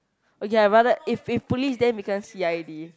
oh ya my brother if if police then become c_i_d